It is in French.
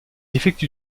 effectue